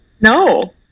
No